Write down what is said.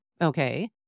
Okay